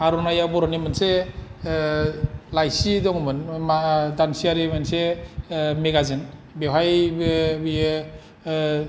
जोङो आर'नाया बर'नि मोनसे लाइसि दङ'मोन मा दानसेयारि मोनसे मेगाजिन बेवहायबो बियो बर'फोरनि